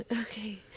Okay